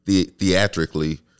theatrically